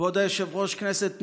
כבוד היושב-ראש, כנסת נכבדה,